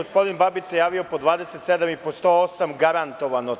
Gospodin Babić se javio po čl. 27. i 108. garantovano.